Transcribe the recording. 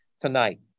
tonight